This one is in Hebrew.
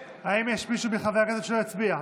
האם יש מישהו מחברי הכנסת שלא הצביע?